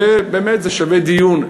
זה באמת שווה דיון.